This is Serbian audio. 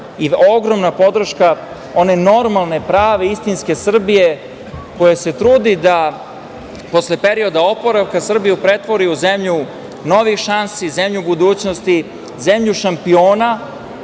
i ogromna podrška one normalne prave istinske Srbije koja se trudi da posle perioda oporavka Srbiju pretvori u zemlju novih šansi, zemlju budućnosti, zemlju šampiona,